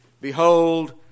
behold